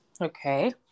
Okay